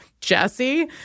jesse